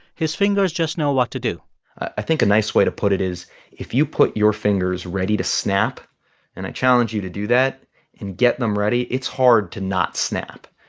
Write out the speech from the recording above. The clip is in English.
his fingers just know what to do i think a nice way to put it is if you put your fingers ready to snap and i challenge you to do that and get them ready, it's hard to not snap.